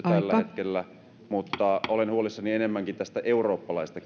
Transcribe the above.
tällä hetkellä mutta olen huolissani enemmänkin tästä eurooppalaisesta